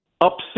upset